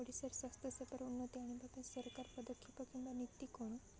ଓଡ଼ିଶାର ସ୍ୱାସ୍ଥ୍ୟ ସେବାର ଉନ୍ନତି ଆଣିବା ପାଇଁ ସରକାର ପଦକ୍ଷେପ କିମ୍ବା ନୀତି କ'ଣ